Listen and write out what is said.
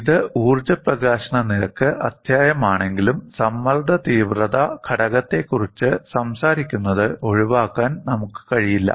ഇത് ഊർജ്ജ പ്രകാശന നിരക്ക് അധ്യായമാണെങ്കിലും സമ്മർദ്ദ തീവ്രത ഘടകത്തെക്കുറിച്ച് സംസാരിക്കുന്നത് ഒഴിവാക്കാൻ നമുക്ക് കഴിയില്ല